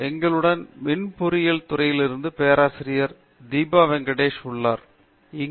எங்களுடன் மின் பொறியியல் துறையிலிருந்து பேராசிரியர் தீபா வெங்கடேஷ் உள்ளார் மகிழ்ச்சி